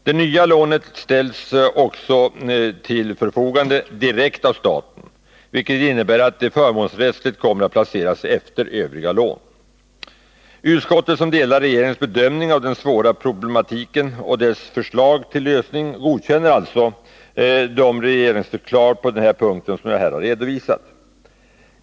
Det nya lånet ställs till förfogande direkt av staten, vilket innebär att det förmånsrättsligt kommer att placeras efter övriga lån. Utskottet, som delar regeringens bedömning av den svåra problematiken och regeringens förslag till lösning, godkänner alltså de regeringsförslag på den här punkten som jag nu redovisat.